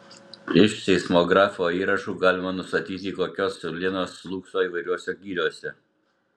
iš seismografo įrašų galima nustatyti kokios uolienos slūgso įvairiuose gyliuose